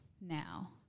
now